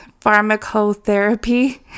pharmacotherapy